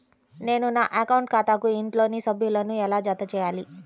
నేను నా అకౌంట్ ఖాతాకు ఇంట్లోని సభ్యులను ఎలా జతచేయాలి?